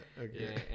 Okay